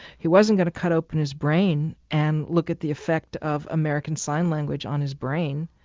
he wasn't going to cut open his brain and look at the effect of american sign language on his brain,